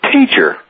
Teacher